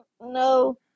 no